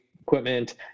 equipment